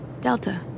Delta